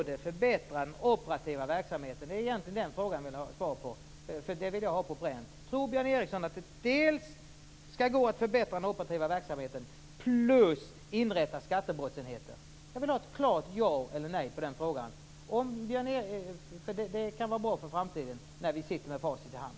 Det är den frågan jag vill ha svar på. Det vill jag ha på pränt. Tror Björn Ericson att det dels skall gå att förbättra den operativa verksamheten, dels inrätta skattebrottsenheter? Jag vill ha ett klart ja eller nej på den frågan. Det kan vara bra att veta för framtiden, när vi sitter med facit i hand.